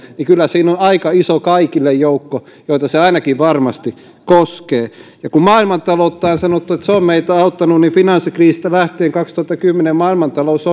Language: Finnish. niin kyllä siinä on aika iso kaikille joukko jota se ainakin varmasti koskee ja kun maailmantaloudesta on sanottu että se on meitä auttanut niin finanssikriisistä lähtien vuodesta kaksituhattakymmenen maailmantalous